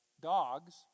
dogs